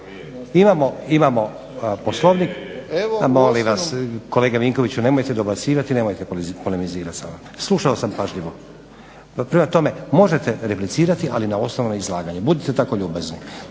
Imamo poslovnik. Molim vas kolega Vinkoviću, nemojte dobacivati i nemojte …/Govornik se ne razumije/… slušao sam pažljivo. Pa prema tome možete replicirati ali na osnovno izlaganje. Budite tako ljubazni.